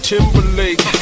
Timberlake